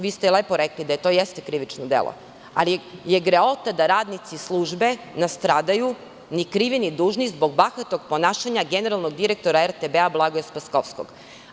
Vi ste lepo rekli da to jeste krivično delo, ali je greota da radnici službe nastradaju, ni krivi ni dužni, zbog bahatog ponašanja generalnog direktora RTB, Blagoja Spaskovskog.